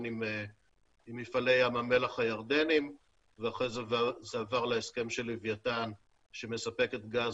עם מפעלי ים המלח הירדניים ואחר כך זה עבר להסכם של לווייתן שמספקת גז